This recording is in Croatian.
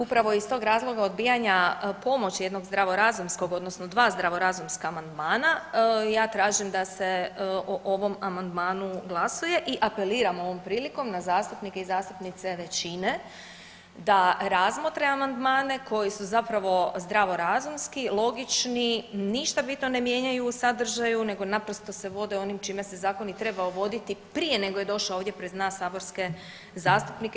Upravo iz tog razloga odbijanja pomoći jednog zdravorazumskog, odnosno dva zdravorazumska amandmana ja tražim da se o ovom amandmanu glasuje i apeliram ovom prilikom na zastupnike i zastupnice većine da razmotre amandmane koji su zapravo zdravorazumski, logični, ništa bitno ne mijenjaju u sadržaju nego naprosto se vode onim čime se zakon i trebao voditi prije nego je došao pred nas saborske zastupnike.